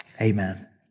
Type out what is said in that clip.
Amen